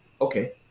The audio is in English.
Okay